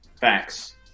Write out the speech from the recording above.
facts